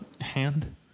hand